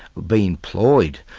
be employed,